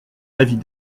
avis